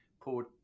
poured